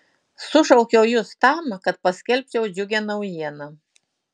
sušaukiau jus tam kad paskelbčiau džiugią naujieną